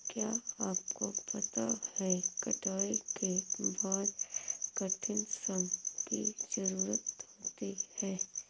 क्या आपको पता है कटाई के बाद कठिन श्रम की ज़रूरत होती है?